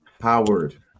Howard